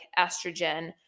estrogen